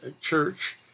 church